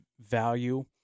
value